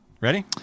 Ready